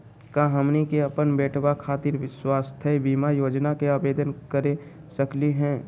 का हमनी के अपन बेटवा खातिर स्वास्थ्य बीमा योजना के आवेदन करे सकली हे?